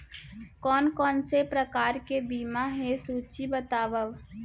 कोन कोन से प्रकार के बीमा हे सूची बतावव?